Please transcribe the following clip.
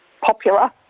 popular